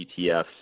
ETFs